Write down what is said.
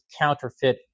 counterfeit